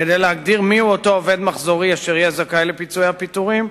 כדי להגדיר מיהו אותו עובד מחזורי אשר יהיה זכאי לפיצויי הפיטורים,